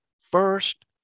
first